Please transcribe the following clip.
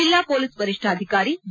ಜಿಲ್ಲಾ ಮೊಲೀಸ್ ವರಿಷ್ಠಾಧಿಕಾರಿ ಬಿ